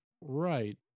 Right